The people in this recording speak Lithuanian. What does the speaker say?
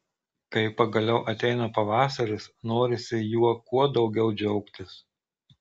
kai pagaliau ateina pavasaris norisi juo kuo daugiau džiaugtis